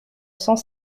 cent